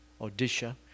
Odisha